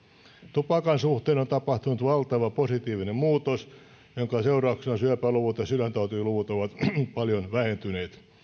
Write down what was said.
tupakan suhteen on tapahtunut valtava positiivinen muutos jonka seurauksena syöpäluvut ja sydäntautiluvut ovat paljon vähentyneet